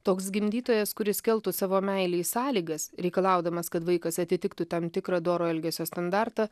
toks gimdytojas kuris keltų savo meilei sąlygas reikalaudamas kad vaikas atitiktų tam tikrą doro elgesio standartą